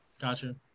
Gotcha